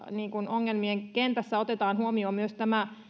ongelmien kentässä otetaan huomioon myös tämä